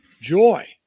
joy